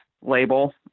label